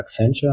Accenture